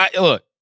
Look